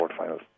quarterfinals